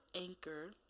anchor